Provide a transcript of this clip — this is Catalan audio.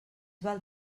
val